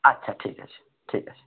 আচ্ছা ঠিক আছে ঠিক আছে